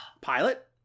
pilot